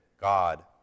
God